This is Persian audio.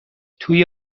توی